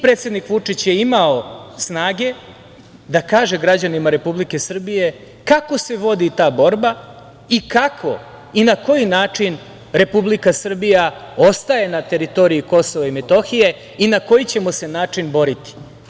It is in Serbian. Predsednik Vučić je imao snage da kaže građanima Republike Srbije kako se vodi ta borba i kako i na koji način Republika Srbija ostaje na teritoriji KiM i na koji ćemo se način boriti.